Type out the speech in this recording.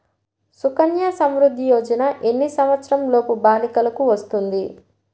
సుకన్య సంవృధ్ది యోజన ఎన్ని సంవత్సరంలోపు బాలికలకు వస్తుంది?